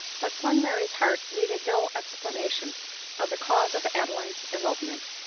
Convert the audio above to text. but glenmurray's heart needed no explanation of the cause of adeline's elopement.